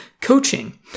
coaching